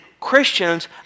Christians